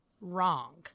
wrong